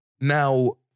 Now